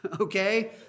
okay